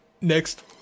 next